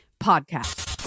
Podcast